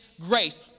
grace